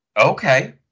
Okay